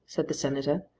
said the senator.